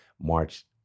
March